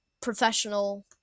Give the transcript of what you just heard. professional